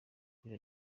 kuri